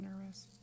nervous